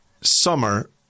summer